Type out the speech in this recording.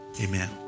amen